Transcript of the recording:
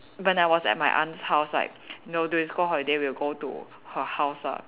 when I was at my aunt's house like you know during school holiday we'll go to her house lah